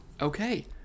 Okay